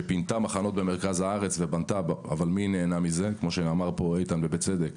כשפינתה מחנות במרכז הארץ ובנתה וכמו שאמר פה איתן ובצדק,